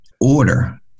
order